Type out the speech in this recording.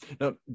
Now